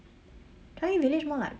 changi village more like